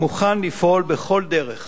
מוכן לפעול בכל דרך